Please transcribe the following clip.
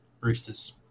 Roosters